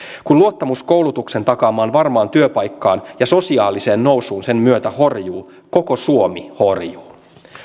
kun luottamus koulutuksen takaamaan varmaan työpaikkaan ja sosiaaliseen nousuun sen myötä horjuu koko suomi horjuu